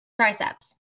Triceps